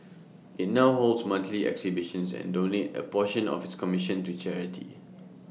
IT now holds monthly exhibitions and donates A portion of its commission to charity